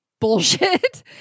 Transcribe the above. Bullshit